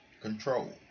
control